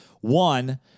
One